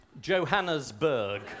Johannesburg